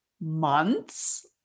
months